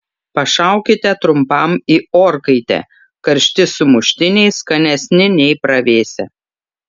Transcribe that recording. pašaukite trumpam į orkaitę karšti sumuštiniai skanesni nei pravėsę